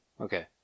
okay